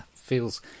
feels